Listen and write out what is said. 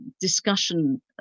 discussion